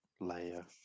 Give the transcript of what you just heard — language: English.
layer